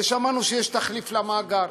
ושמענו שיש תחליף למאגר.